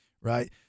right